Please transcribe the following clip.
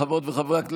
חברות וחברי הכנסת,